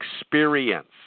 experience